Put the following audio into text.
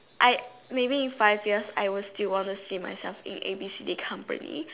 I maybe in five years I will still want to see myself in the A B C D company